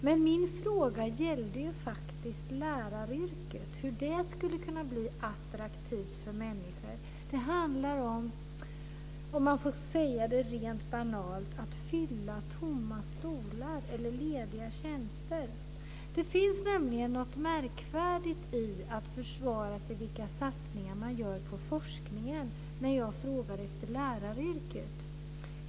Men min fråga gällde faktiskt läraryrket och hur det skulle kunna bli attraktivt för människor. Det handlar om, om man får säga det så banalt, att fylla tomma stolar eller lediga tjänster. Det finns något märkvärdigt i att försvara sig med vilka satsningar man gör på forskningen när jag frågar efter läraryrket.